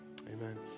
amen